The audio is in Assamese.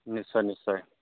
নিশ্চয় নিশ্চয়